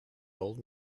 old